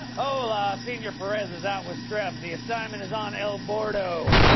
hola. senor perez is out with strep. the assignment is on el boardo.